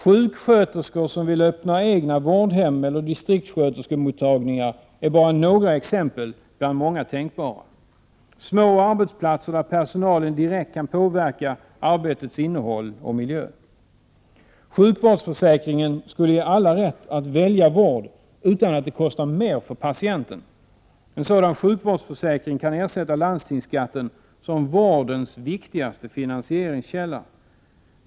Sjuksköterskor som vill öppna egna vårdhem eller distriktssköterskemottagningar är bara några exempel bland många tänkbara. Det skulle innebära små arbetsplatser, där personalen direkt kan påverka arbetets innehåll och miljö. Sjukvårdsförsäkringen skulle ge alla rätt att välja vård, utan att det kostar mer för patienten. En sådan sjukvårdsförsäkring kan ersätta landstingsskatten som vårdens viktigaste finansieringskälla.